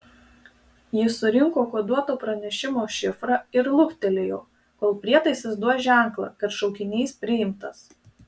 jis surinko koduoto pranešimo šifrą ir luktelėjo kol prietaisas duos ženklą kad šaukinys priimtas